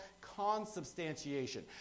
consubstantiation